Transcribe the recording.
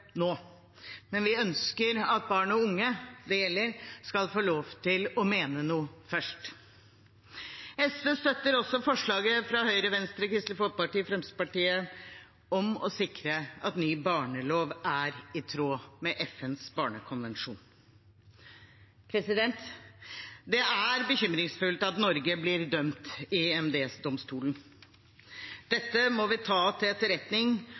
nå, men vi ønsker at barn og unge det gjelder, skal få lov til å mene noe først. SV støtter også forslaget fra Høyre, Venstre, Kristelig Folkeparti og Fremskrittspartiet om å sikre at ny barnelov er i tråd med FNs barnekonvensjon. Det er bekymringsfullt at Norge blir dømt i EMD. Dette må vi ta til etterretning